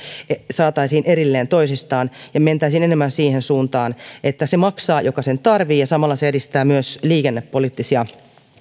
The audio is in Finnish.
saataisiin erilleen toisistaan ja mentäisiin enemmän siihen suuntaan että se maksaa joka sen tarvitsee ja samalla se edistää myös liikennepoliittisia